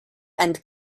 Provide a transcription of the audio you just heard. and